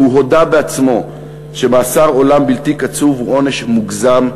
והוא הודה בעצמו שמאסר עולם בלתי קצוב הוא עונש מוגזם,